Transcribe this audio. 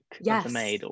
yes